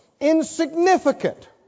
Insignificant